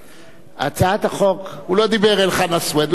הוא לא דיבר אל חנא סוייד, הוא דיבר אלי.